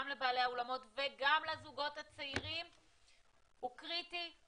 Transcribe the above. לבעלי האולמות וגם לזוגות הצעירים הוא קריטי,